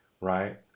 right